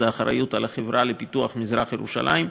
היא אחריות לחברה לפיתוח מזרח-ירושלים,